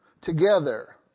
together